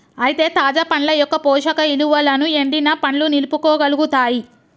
అయితే తాజా పండ్ల యొక్క పోషక ఇలువలను ఎండిన పండ్లు నిలుపుకోగలుగుతాయి